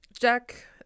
Jack